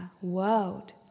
world